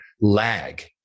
lag